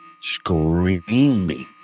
screaming